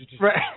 Right